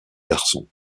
garçon